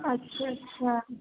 اچھا اچھا